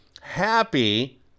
happy